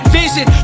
vision